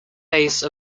base